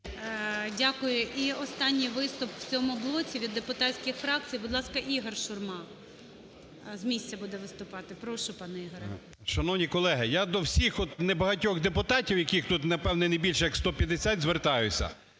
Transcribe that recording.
Дякую. І останній виступ в цьому блоці від депутатських фракцій, будь ласка, Ігор Шурма з місця буде виступати. Прошу, пане Ігоре. 12:04:58 ШУРМА І.М. Шановні колеги, я до всіх от небагатьох депутатів, яких тут, напевне, не більше як 150, звертаюся.